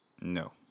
No